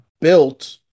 built